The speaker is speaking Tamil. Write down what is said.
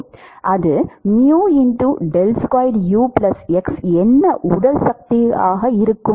அது என்ன உடல் சக்தியாக இருக்கும்